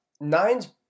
nine's